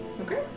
Okay